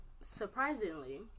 surprisingly